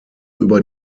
über